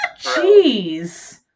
Jeez